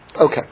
Okay